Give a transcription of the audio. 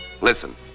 Listen